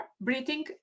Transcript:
breathing